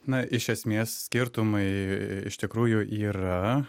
na iš esmės skirtumai iš tikrųjų yra